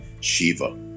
Shiva